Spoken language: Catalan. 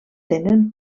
tenen